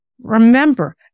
Remember